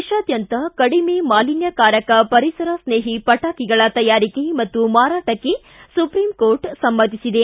ದೇಶಾದ್ಯಂತ ಕಡಿಮೆ ಮಾಲಿನ್ಹಕಾರಕ ಪರಿಸರ ಸ್ನೇಹಿ ಪಟಾಕಿಗಳ ತಯಾರಿಕೆ ಮತ್ತು ಮಾರಟಕ್ಕೆ ಸುಪ್ರೀಂಕೋರ್ಟ್ ಸಮ್ನತಿಸಿದೆ